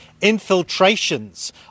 infiltrations